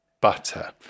butter